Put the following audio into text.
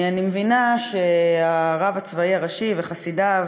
אני מבינה שהרב הצבאי הראשי וחסידיו